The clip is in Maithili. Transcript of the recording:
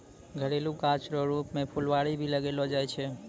घरेलू गाछ रो रुप मे फूलवारी भी लगैलो जाय छै